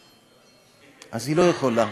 אז היא לא יכולה,